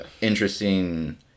interesting